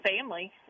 family